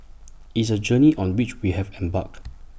IT is A journey on which we have embarked